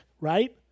right